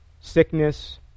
sickness